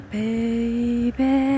baby